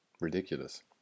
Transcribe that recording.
ridiculous